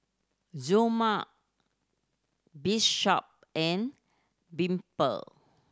Zelma Bishop and Dimple